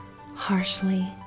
harshly